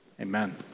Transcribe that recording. Amen